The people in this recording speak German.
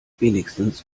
wenigstens